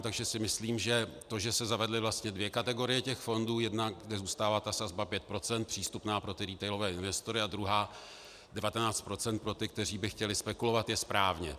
Takže si myslím, že to, že se zavedly vlastně dvě kategorie těch fondů, jednak kde zůstává sazba 5 % přístupná pro retailové investory, a druhá 19 % pro ty, kteří by chtěli spekulovat, je správně.